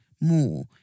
More